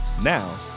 Now